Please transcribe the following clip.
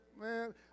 man